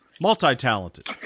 multi-talented